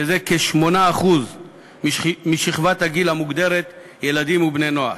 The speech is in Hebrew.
שזה כ-8% משכבת הגיל המוגדרת ילדים ובני-נוער.